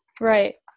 Right